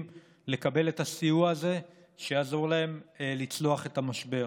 לקבל את הסיוע הזה שיעזור להם לצלוח את המשבר.